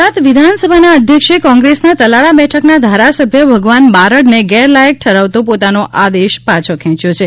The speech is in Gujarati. ગુજરાત વિધાન સભાના અધ્યક્ષે કોંગ્રેસના તાલાળા બેઠકના ધારાસભ્ય ભગવાન બારડને ગેરલાયક ઠરાવતો પોતાનો આદેશ પાછો ખેંચ્યો છે